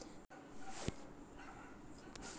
ಬೈಲಸೇಮಿ ಜನರು ಎಕರೆಕ್ ಎಂಟ ರಿಂದ ಹತ್ತ ಕಿಂಟಲ್ ತಗಿತಾರ